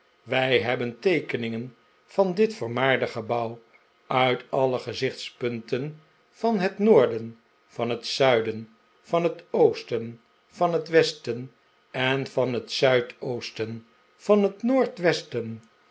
wij hebben teekeningen van dit vermaarde gebouw uit alle gezichtspunten van het noorden van het zuiden van het oosten van het westen van het zuidoosten van het noordwesten